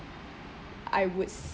I would